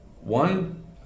one